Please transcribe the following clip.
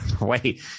Wait